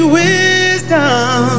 wisdom